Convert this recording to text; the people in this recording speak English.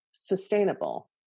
sustainable